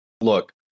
Look